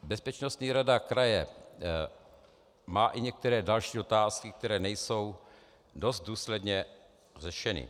Bezpečnostní rada kraje má i některé další otázky, které nejsou dost důsledně řešeny.